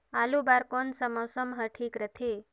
आलू बार कौन सा मौसम ह ठीक रथे?